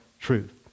truth